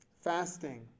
Fasting